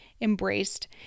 embraced